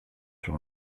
sur